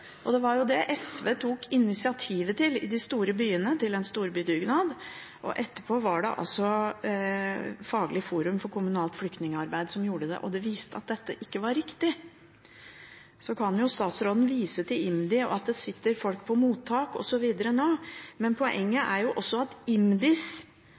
overhodet. Det var det SV tok initiativet til i de store byene, en storbydugnad, og etterpå var det altså Faglig forum for kommunalt flyktningarbeid som gjorde det, og det viste at dette ikke var riktig. Så kan jo statsråden vise til IMDi og at det sitter folk på mottak osv. nå, men